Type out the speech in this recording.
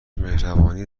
مهربانی